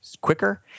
quicker